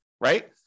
right